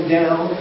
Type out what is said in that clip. down